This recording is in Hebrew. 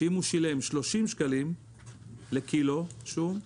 שאם הוא שולם 30 שקלים לקילו שום,